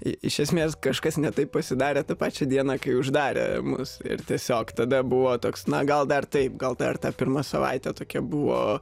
iš esmės kažkas ne taip pasidarė tą pačią dieną kai uždarė mus ir tiesiog tada buvo toks na gal dar taip gal dar ta pirma savaitė tokia buvo